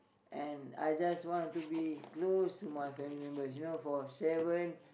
and I just want to be close to my family members you know for seven